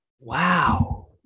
Wow